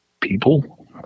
people